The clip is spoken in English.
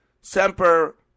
Semper